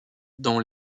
dans